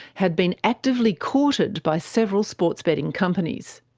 had been actively courted by several sports betting companies.